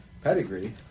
pedigree